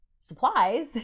supplies